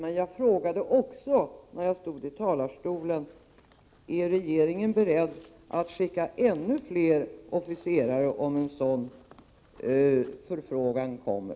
Men jag frågade också från talarstolen: Är regeringen beredd att skicka ännu fler officerare om en sådan förfrågan kommer?